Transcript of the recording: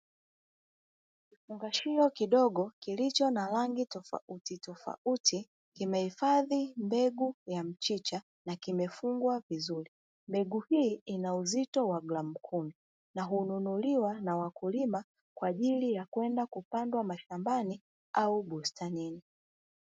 Kifungashio kidogo kilicho na rangi tofautitofauti kimehifadhi mbegu ya mchicha, na kimefungwa vizuri. Mbegu hii ina uzito wa gramu kumi na hununuliwa na wakulima kwa ajili ya kwenda kupandwa mashambani au bustanini.